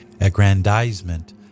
aggrandizement